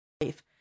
life